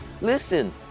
listen